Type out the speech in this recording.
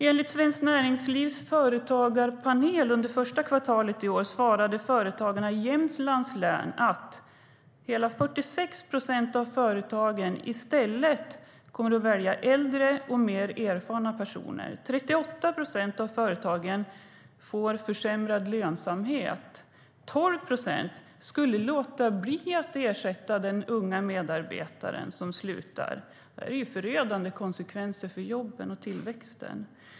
Enligt Svenskt Näringslivs företagarpanel under första kvartalet i år svarade företagarna i Jämtlands län att hela 46 procent av företagen i stället kommer att välja äldre och mer erfarna personer, att 38 procent av företagen får försämrad lönsamhet och att 12 procent skulle låta bli att ersätta den unga medarbetaren som slutar. Detta är förödande konsekvenser för jobben och tillväxten.